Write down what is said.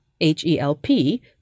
H-E-L-P